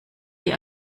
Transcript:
die